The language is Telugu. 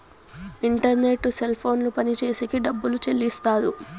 ఇంటర్నెట్టు సెల్ ఫోన్లు పనిచేసేకి డబ్బులు చెల్లిస్తారు